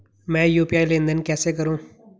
मैं यू.पी.आई लेनदेन कैसे करूँ?